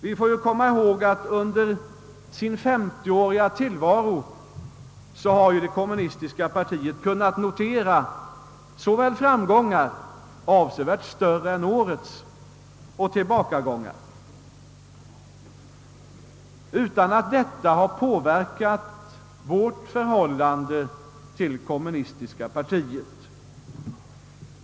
Vi får komma ihåg att det kommunistiska partiet under sin 50-åriga tillvaro har kunnat notera såväl framgångar, avsevärt större än årets, som tilbakagång utan att detta har påverkat vårt förhållande till det kommunistiska partiet.